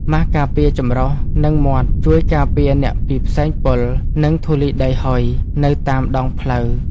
ម៉ាសការពារច្រមុះ និងមាត់ ជួយការពារអ្នកពីផ្សែងពុល និងធូលីហុយនៅតាមដងផ្លូវ។